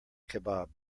kebab